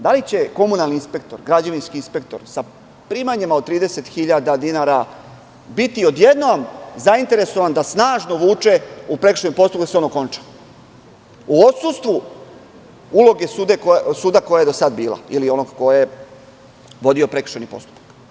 Da li će komunalni inspektor, građevinski inspektor sa primanjima od 30.000 dinara biti odjednom zainteresovan da snažno vuče u prekršajnom postupku da se on okonča, u odsustvu uloge suda koja je do sada bila ili onog ko je vodio prekršajni postupak?